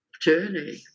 journey